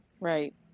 Right